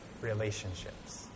relationships